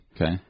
Okay